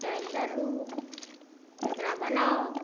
दालि दर्रू ओकरा बनाउ